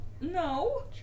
No